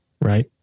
right